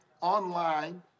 online